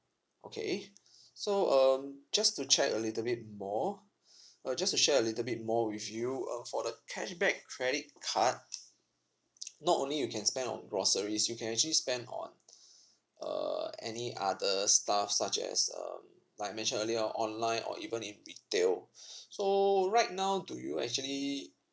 okay so um just to check a little bit more uh just to share a little bit more with you um for the cashback credit card not only you can spend on groceries you can actually spend on uh any other stuff such as um like I mentioned earlier on online or even in retail so right now do you actually